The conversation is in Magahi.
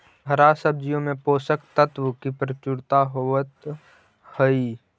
हरा सब्जियों में पोषक तत्व की प्रचुरता होवत हई